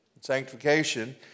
Sanctification